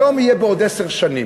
שלום יהיה בעוד עשר שנים.